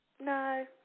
No